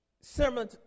similar